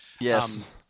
Yes